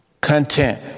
Content